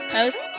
Post